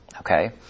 Okay